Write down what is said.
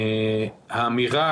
האמירה